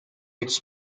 its